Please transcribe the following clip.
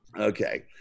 Okay